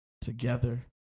together